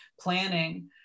planning